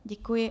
Děkuji.